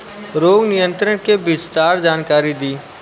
रोग नियंत्रण के विस्तार जानकारी दी?